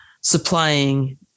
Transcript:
supplying